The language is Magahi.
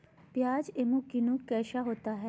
प्याज एम कितनु कैसा होता है?